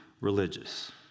religious